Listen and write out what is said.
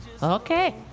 Okay